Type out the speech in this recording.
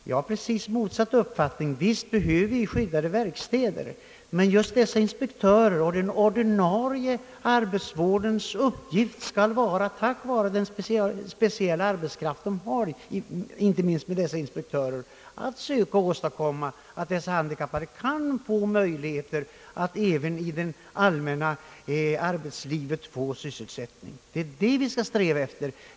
Jag har precis motsatt uppfattning, — Visst behöver vi skyddade verkstäder, men den ordinarie arbetsvårdens uppgift skall vara att med hjälp av den speciella arbetskraft den har till sitt förfogande — inte minst genom dessa inspektörer — dessutom söka ge de handikappade möjligheter att få sysselsättning även i det ordinarie arbetslivet. Det är detta vi skall sträva efter.